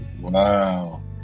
Wow